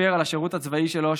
מישהו שסיפר על השירות הצבאי שלו,